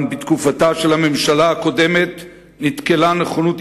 גם בתקופתה של הממשלה הקודמת נתקלה נכונות